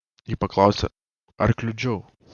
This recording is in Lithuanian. ji paklausė ar kliudžiau